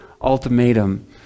ultimatum